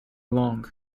along